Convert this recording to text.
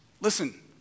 Listen